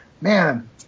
man